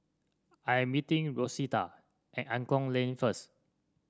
I am meeting Rosita at Angklong Lane first